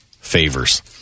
favors